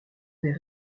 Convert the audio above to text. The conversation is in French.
des